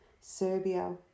Serbia